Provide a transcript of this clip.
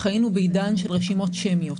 חיינו בעידן של רשימות שמיות.